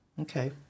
Okay